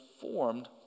formed